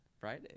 friday